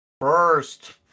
first